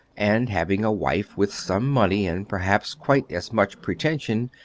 and having a wife with some money and perhaps quite as much pretension,